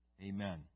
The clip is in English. Amen